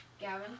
Gavin